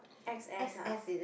X S ah